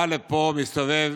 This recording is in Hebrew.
בא לפה, ומסתובב